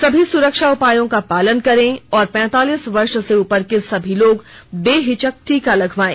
सभी सुरक्षा उपायों का पालन करें और पैंतालीस वर्ष से उपर के सभी लोग बेहिचक टीका लगवायें